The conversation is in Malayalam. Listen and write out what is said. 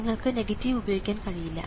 നിങ്ങൾക്ക് നെഗറ്റീവ് ഉപയോഗിക്കാൻ കഴിയില്ല